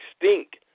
extinct